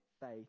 faith